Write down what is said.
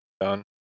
done